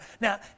Now